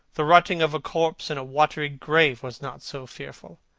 the rotting of a corpse in a watery grave was not so fearful.